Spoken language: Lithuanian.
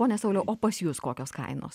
pone sauliau o pas jus kokios kainos